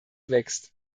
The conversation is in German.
wächst